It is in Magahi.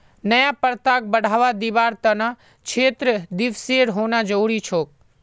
नया प्रथाक बढ़वा दीबार त न क्षेत्र दिवसेर होना जरूरी छोक